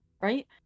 right